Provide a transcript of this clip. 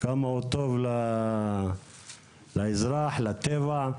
כמה הוא טוב לאזרח, לטבע?